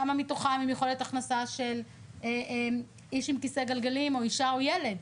כמה מתוכם עם יכולת הכנסה של איש עם כיסא גלגלים או אישה עם ילד?